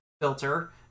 filter